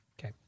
Okay